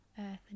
earth